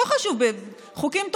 לא חשוב, חוקים טובים,